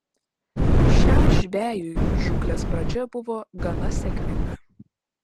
šiam žvejui žūklės pradžia buvo gana sėkminga